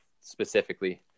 specifically